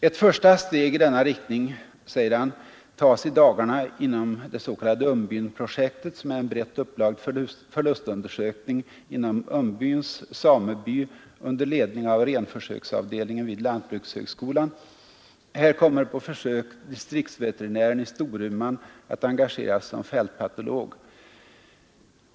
Ett första steg i denna riktning tas i dagarna inom det s.k. Umbyn-projektet, som är en brett upplagd förlustundersökning inom Umbyns sameby under ledning av Renförsöksavdelningen vid Lantbrukshögskolan. Här kommer på försök distriktsveterinären i Storuman att engageras som ”fältpatolog”.